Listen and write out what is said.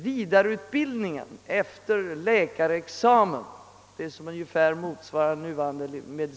Vidareutbildningen efter läkarexamen — alltså det som motsvarar nuvarande med.